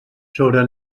sobre